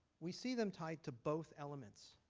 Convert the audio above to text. we see them tied to both elements.